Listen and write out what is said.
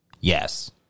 Yes